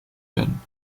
werden